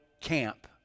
camp